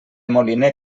moliner